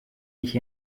ich